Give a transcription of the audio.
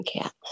cats